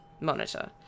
monitor